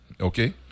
Okay